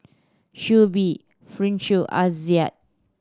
Shuib Farish Aizat